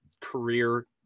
career